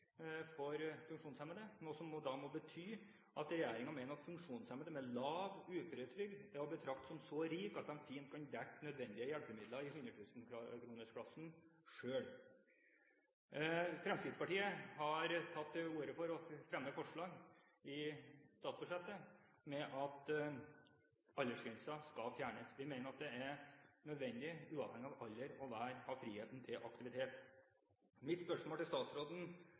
for funksjonshemmede, noe som da må bety at regjeringen mener at funksjonshemmede med lav uføretrygd er å betrakte som så rike at de fint kan dekke nødvendige hjelpemidler i hundretusenkronersklassen selv. Fremskrittspartiet har tatt til orde for å fremme forslag i statsbudsjettet om at aldersgrensen skal fjernes. Vi mener at det er nødvendig, uavhengig av alder, å ha friheten til aktivitet. Mitt spørsmål til statsråden